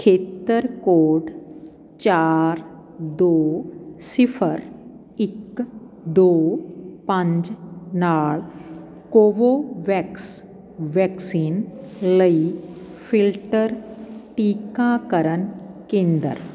ਖੇਤਰ ਕੋਡ ਚਾਰ ਦੋ ਸਿਫ਼ਰ ਇੱਕ ਦੋ ਪੰਜ ਨਾਲ ਕੋਵੋਵੈਕਸ ਵੈਕਸੀਨ ਲਈ ਫਿਲਟਰ ਟੀਕਾਕਰਨ ਕੇਂਦਰ